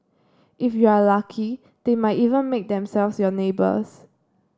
if you are lucky they might even make themselves your neighbours